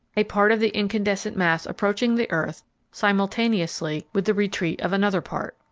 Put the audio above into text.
a part of the incandescent mass approaching the earth simultaneously with the retreat of another part.